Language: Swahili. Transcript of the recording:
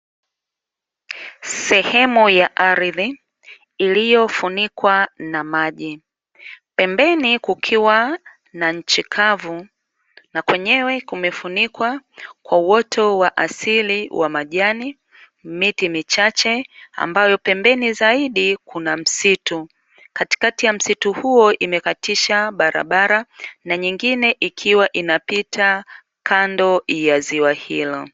Sehemu ya ardhi iliyofunikwa na maji. Pembeni kukiwa na nchi kavu, na kwenyewe kumefunikwa kwa uoto wa asili majani, miti michache, ambayo pembeni zaidi kuna msitu. Katikati ya msitu huo, imekatisha barabara, na nyingine ikiwa inapita kando ya ziwa hilo.